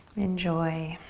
enjoy.